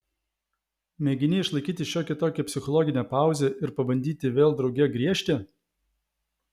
mėgini išlaikyti šiokią tokią psichologinę pauzę ir pabandyti vėl drauge griežti